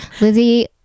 Lizzie